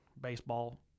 baseball